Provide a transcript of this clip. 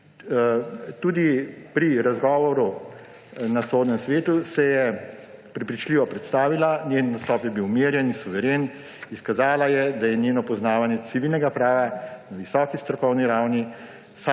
Tudi pri razgovoru na Sodnem svetu se je prepričljivo predstavila, njen nastop je bil umirjen in suveren. Izkazala je, da je njeno poznavanje civilnega prava na visoki strokovni ravni,